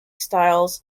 styles